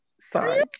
Sorry